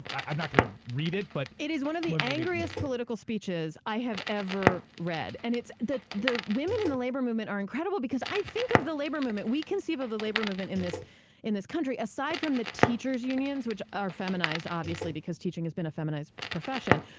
i'm not going to read it, but, rebecca traister it is one of the angriest political speeches i have ever read. and it's. the the women in the labor movement are incredible, because i think of the labor movement. we conceive of the labor movement in this in this country, aside from the teachers' unions, which are feminized, obviously, because teaching has been a feminized profession.